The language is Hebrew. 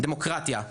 דמוקרטיה,